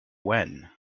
when